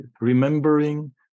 remembering